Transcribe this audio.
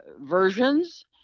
versions